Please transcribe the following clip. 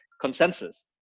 consensus